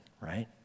right